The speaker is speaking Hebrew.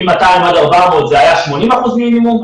מ-200 עד 400 זה היה 80 אחוזים מינימום,